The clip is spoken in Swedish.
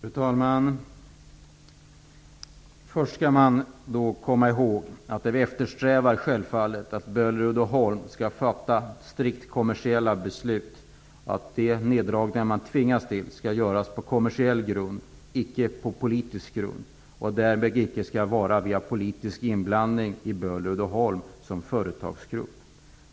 Fru talman! Först skall man komma ihåg att vi självfallet eftersträvar att Böhler-Uddeholm skall fatta strikt kommersiella beslut, att de neddragningar man tvingas till skall göras på kommersiell grund, icke på politisk grund, och att det inte skall ske någon politisk inblandning i företagsgruppen Böhler-Uddeholm.